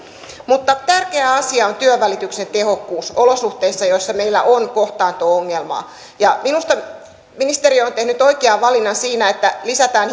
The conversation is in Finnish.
mutta tärkeä asia on työnvälityksen tehokkuus olosuhteissa joissa meillä on kohtaanto ongelmaa minusta ministeriö on tehnyt oikean valinnan siinä että lisätään